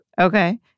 Okay